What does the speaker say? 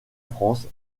france